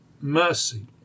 mercy